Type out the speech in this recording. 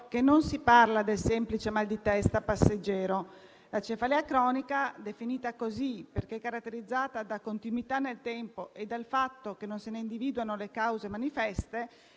che non si parla del semplice mal di testa passeggero. La cefalea cronica, così definita perché caratterizzata da continuità nel tempo e dal fatto che non se ne individuano le cause manifeste,